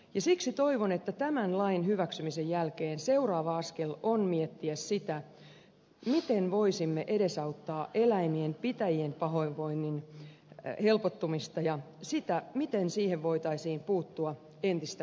siksi toivon että tämän lain hyväksymisen jälkeen seuraava askel on miettiä sitä miten voisimme edesauttaa eläimien pitäjien pahoinvoinnin helpottumista ja sitä miten pahoinvointiin voitaisiin puuttua entistä tehokkaammin